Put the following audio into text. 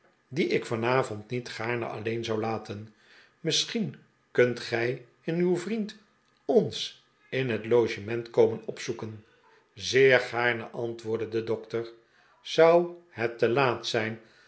die ik vanavond niet gaarne alleen zou laten misschien kunt gij en uw vriend ons in het logement komen opzoeken zeer gaarne antwoordde de dokter zou het te laat zijn